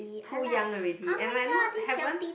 too young already and I not haven't